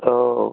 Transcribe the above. तो